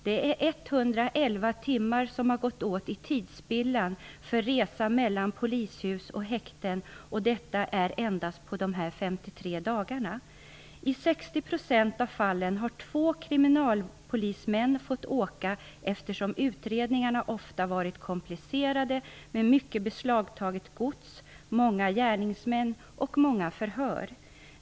Detta har medfört en tidsåtgång om 111 timmar för resor mellan polishus och häkten på endast dessa 53 dagar. I 60 % av fallen har två kriminalpolismän deltagit i resorna, eftersom det ofta har varit fråga om komplicerade utredningar med mycket beslagtaget gods, många gärningsmän och många förhör.